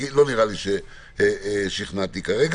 כי לא נראה לי ששכנעתי אותך כרגע.